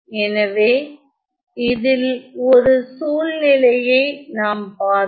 எனவே இதில் ஒரு சூழ்நிலையை நாம் பார்ப்போம்